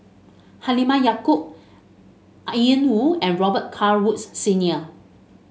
Halimah Yacob Ian Woo and Robet Carr Woods Senior